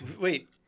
Wait